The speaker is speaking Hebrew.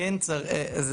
כן צריך, זה